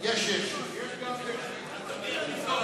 קטן, יש פגם טכני, תבדוק.